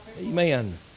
Amen